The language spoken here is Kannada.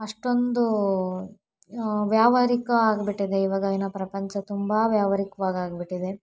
ಅಷ್ಟೊಂದು ವ್ಯಾವಹಾರಿಕ ಆಗಿಬಿಟ್ಟಿದೆ ಇವಾಗಿನ ಪ್ರಪಂಚ ತುಂಬ ವ್ಯಾವಹಾರಿಕವಾಗಿ ಆಗಿಬಿಟ್ಟಿದೆ